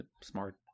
smart